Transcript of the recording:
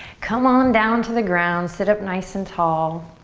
come on down to the ground, sit up nice and tall.